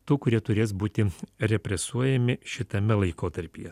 tų kurie turės būti represuojami šitame laikotarpyje